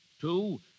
Two